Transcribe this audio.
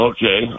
Okay